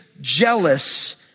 jealous